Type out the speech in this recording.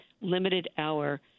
limited-hour